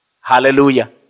Hallelujah